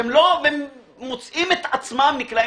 שהם מוצאים את עצמם נקלעים.